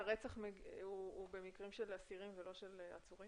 אני מניחה שרצח זה במקרה של אסירים ולא של עצורים?